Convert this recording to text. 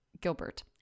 gilbert